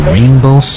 Rainbow